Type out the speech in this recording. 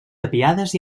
tapiades